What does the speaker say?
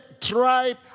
tribe